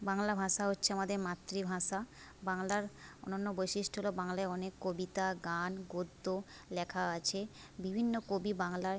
বাংলা ভাষা হচ্ছে আমাদের মাতৃভাষা বাংলার অনন্য বৈশিষ্ট্য হল বাংলায় অনেক কবিতা গান গদ্য লেখা আছে বিভিন্ন কবি বাংলায়